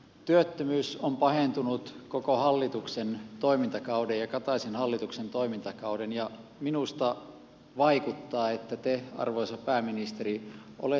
työttömyys on pahentunut koko hallituksen toimintakauden ja kataisen hallituksen toimintakauden ja minusta vaikuttaa että te arvoisa pääministeri olette antautunut